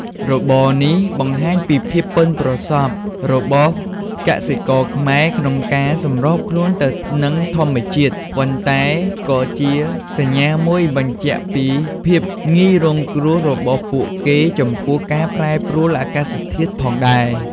របរនេះបង្ហាញពីភាពប៉ិនប្រសប់របស់កសិករខ្មែរក្នុងការសម្របខ្លួនទៅនឹងធម្មជាតិ ប៉ុន្តែក៏ជាសញ្ញាមួយបញ្ជាក់ពីភាពងាយរងគ្រោះរបស់ពួកគេចំពោះការប្រែប្រួលអាកាសធាតុផងដែរ។